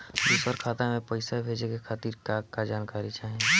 दूसर खाता में पईसा भेजे के खातिर का का जानकारी चाहि?